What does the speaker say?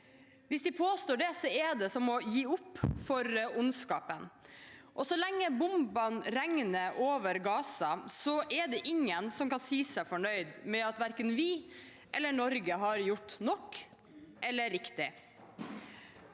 Hvis vi påstår det, er det som å gi opp for ondskapen. Så lenge bombene regner over Gaza, er det ingen som kan si seg fornøyd med at verken vi eller Norge har gjort nok eller det riktige.